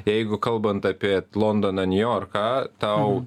jeigu kalbant apie londoną niujorką tau